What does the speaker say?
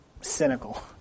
cynical